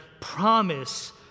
promise